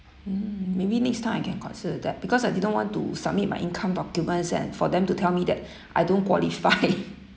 mm maybe next time I can consider that because I didn't want to submit my income documents and for them to tell me that I don't qualify